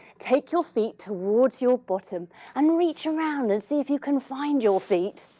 take your feet towards your bottom and reach around and see if you can find your feet.